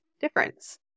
difference